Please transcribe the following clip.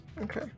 okay